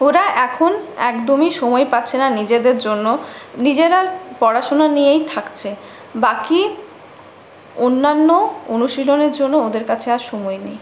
ওরা এখন একদমই সময় পাচ্ছে না নিজেদের জন্য নিজেরা পড়াশুনো নিয়েই থাকছে বাকি অন্যান্য অনুশীলনের জন্য ওদের কাছে আর সময় নেই